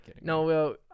No